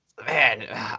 Man